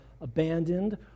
abandoned